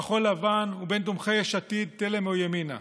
כחול לבן, ובין תומכי יש עתיד, תל"ם או ימינה.